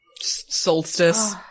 Solstice